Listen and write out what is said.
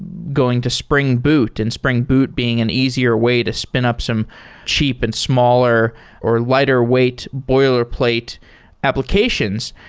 going to spring boot, and spring boot being an easier way to spin up some cheap and smaller or lighter weight boilerplate applications.